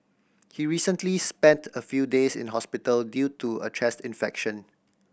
he recently spent a few days in hospital due to a chest infection